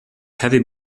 heavy